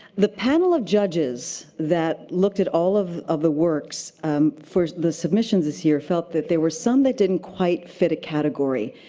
the panel of judges that looked at all of of the works for the submissions this year felt that there were some that didn't quite fit a category.